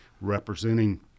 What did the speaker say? representing